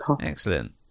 Excellent